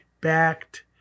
backed